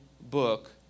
book